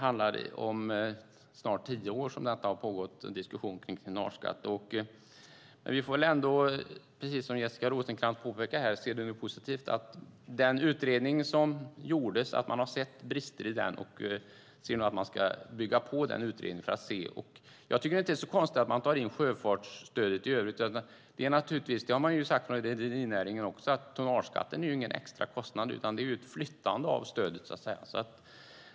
Under snart tio år har det pågått en diskussion om tonnageskatt. Men vi får väl ändå, precis som Jessica Rosencrantz påpekade, se det positivt. Man har sett brister i den utredning som gjordes, och man ser nu att man ska bygga på den utredningen. Jag tycker inte att det är så konstigt att man tar in sjöfartsstödet i övrigt. Man har också sagt från rederinäringen att tonnageskatten inte är någon extra kostnad, utan det är ett flyttande av stödet, så att säga.